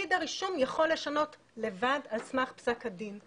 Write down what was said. פקיד הרישום יכול לשנות לבד על סמך פסק הדין.